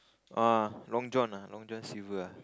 orh Long John ah Long-John-Silver